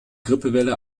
grippewelle